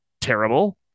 terrible